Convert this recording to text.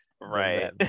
right